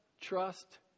trust